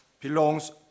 belongs